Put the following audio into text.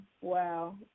Wow